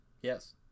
yes